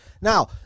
Now